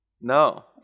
No